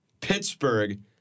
Pittsburgh